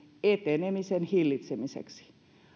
etenemisen hillitsemiseksi